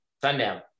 Sundown